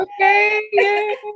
Okay